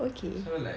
so like